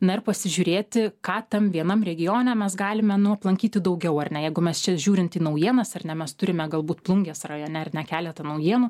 na ir pasižiūrėti ką tam vienam regione mes galime aplankyti daugiau ar ne jeigu mes čia žiūrint į naujienas ar ne mes turime galbūt plungės rajone ar ne keletą naujienų